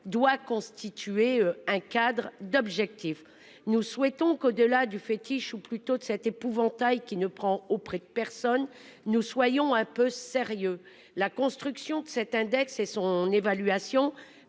doit constituer un cadre d'objectifs, nous souhaitons qu'au-delà du fétiche ou plutôt de cet épouvantail qui ne prend auprès de personnes nous soyons un peu sérieux. La construction de cet index et son évaluation